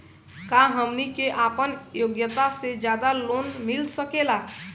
का हमनी के आपन योग्यता से ज्यादा लोन मिल सकेला?